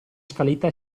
scaletta